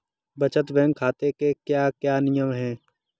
बचत बैंक खाते के क्या क्या नियम हैं?